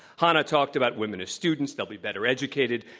hanna talked about women as students. they'll be better educated.